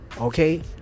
okay